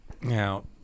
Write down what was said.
Now